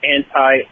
Anti